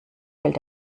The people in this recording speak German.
fällt